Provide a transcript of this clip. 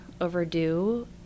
overdue